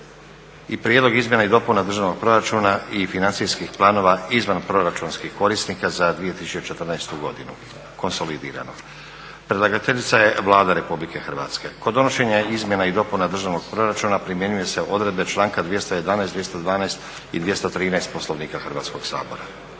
Prijedlog izmjena i dopuna Državnog proračuna i financijskih planova izvanproračunskih korisnika za 2014. godinu (konsolidirano) Predlagateljica zakona je Vlada RH. Kod donošenja izmjena i dopuna Državnog proračuna primjenjuju se odredbe članka 211., 212.i 213. Poslovnika Hrvatskog sabora.